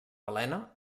helena